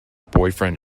boyfriend